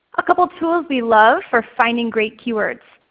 a couple tools we love for finding great keywords,